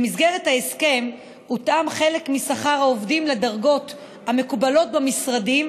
במסגרת ההסכם הותאם חלק משכר העובדים לדרגות המקובלות במשרדים,